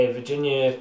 Virginia